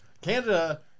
Canada